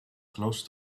close